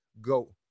go